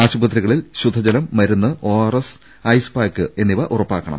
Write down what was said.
ആശുപത്രികളിൽ ശുദ്ധജലം മരുന്ന് ഒആർഎസ് ഐസ്പാക്ക് എന്നിവ ഉറപ്പാക്കണം